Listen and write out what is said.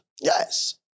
Yes